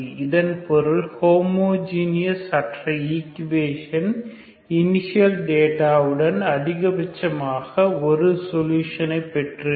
இதன் பொருள் ஹோமோஜீனியஸ் அற்ற ஈக்குவேஷன் இனிஷியல் டேட்டவுடன் அதிகபட்சமாக ஒரு சொலுஷனை பெற்றிருக்கும்